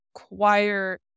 require